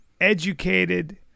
educated